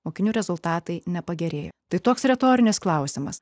mokinių rezultatai nepagerėjo tai toks retorinis klausimas